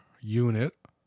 unit